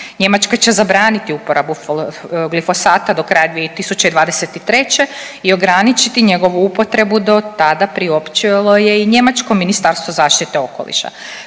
Njemačka će zabraniti uporabu glifosata do kraja 2023. i ograničiti njegovu upotrebu do tada priopćilo je i njemačko ministarstvo zaštite okoliša.